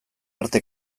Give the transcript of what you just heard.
arte